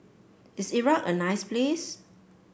is Iraq a nice place